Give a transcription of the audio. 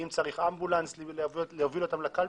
אם צריך אמבולנס להוביל אותם לקלפי,